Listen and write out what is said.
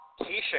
Keisha